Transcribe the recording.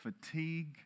fatigue